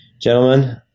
gentlemen